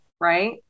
Right